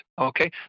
Okay